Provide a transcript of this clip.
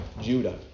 Judah